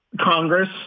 Congress